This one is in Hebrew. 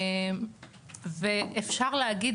אפשר להגיד